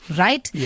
right